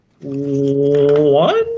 one